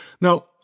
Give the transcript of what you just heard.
Now